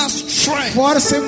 strength